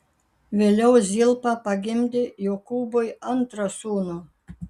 vėliau zilpa pagimdė jokūbui antrą sūnų